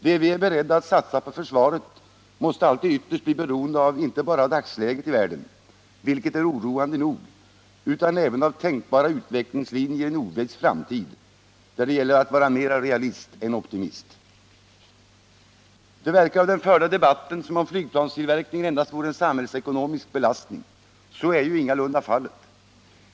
Det vi är beredda att satsa på försvaret måste alltid ytterst bli beroende inte bara av dagsläget i världen — vilket är oroande nog — utan även av tänkbara utvecklingslinjer i en oviss framtid, där det gäller att vara mera realist än optimist. Det verkar av den förda debatten som om flygplanstillverkningen endast vore en samhällsekonomisk belastning. Så är ju ingalunda fallet.